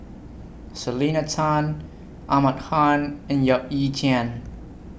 Selena Tan Ahmad Khan and Yap Ee Chian